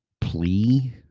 plea